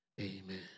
Amen